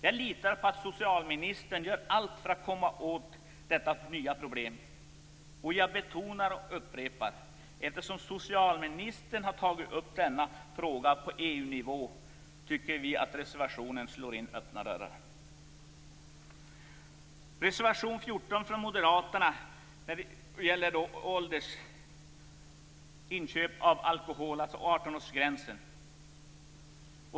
Jag litar på att socialministern gör allt för att komma åt detta nya problem. Jag betonar och upprepar: Eftersom socialministern har tagit upp denna fråga på EU-nivå tycker vi att reservationen slår in öppna dörrar. årsgränsen för inköp av alkohol.